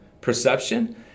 perception